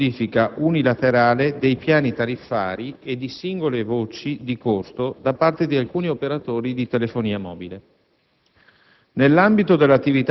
inerenti alla modifica unilaterale dei piani tariffari e di singole voci di costo da parte di alcuni operatori di telefonia mobile.